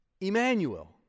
Emmanuel